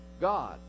god